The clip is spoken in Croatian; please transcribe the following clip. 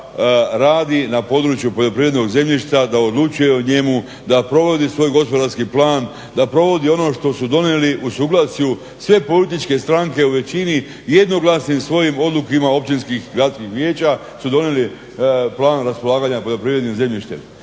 radi na području poljoprivrednog zemljišta, da odlučuje o njemu, da provodi svoj gospodarski plan, da provodi ono što su donijeli u suglasju sve političke stranke u većini jednoglasnim svojim odlukama općinskih i gradskih vijeća su donijeli plan raspolaganja poljoprivrednim zemljištem.